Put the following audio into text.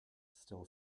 still